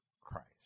Christ